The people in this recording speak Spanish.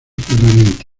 permanente